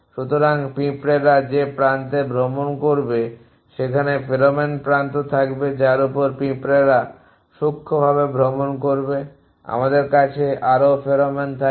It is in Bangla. সুতরাং পিঁপড়ারা যে প্রান্তে ভ্রমণ করবে সেখানে ফেরোমোন প্রান্ত থাকবে যার উপর পিঁপড়ারা সূক্ষ্মভাবে ভ্রমণ করবে আমাদের কাছে আরও ফেরোমন থাকবে